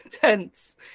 tense